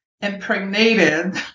impregnated